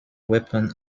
weapon